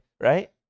right